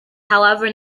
however